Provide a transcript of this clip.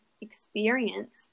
experience